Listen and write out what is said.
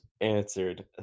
answered